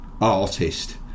artist